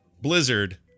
Blizzard